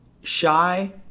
Shy